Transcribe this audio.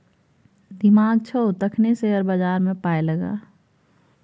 दिमाग छौ तखने शेयर बजारमे पाय लगा